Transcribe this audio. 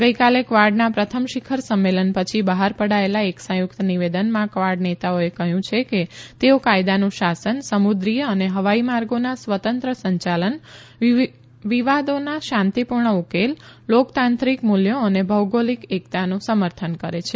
ગઇકાલે કવાડના પ્રથમ શિખર સંમેલન પછી બહાર પડાયેલા એક સંયુકત નિવેદનમાં કવાડ નેતાઓએ કહયું છે કે તેઓ કાયદાનું શાસન સમુદ્રીય અને હવાઇ માર્ગોના સ્વતંત્ર સંચાલન વિવાદોના શાંતીપુર્ણ ઉકેલ લોકતાંત્રિક મુલ્યો અને ભૌગોલિક એકતાનું સમર્થન કરે છે